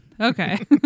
okay